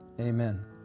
Amen